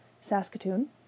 Saskatoon